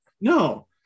No